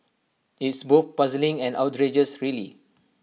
it's both puzzling and outrageous really